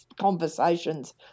conversations